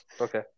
okay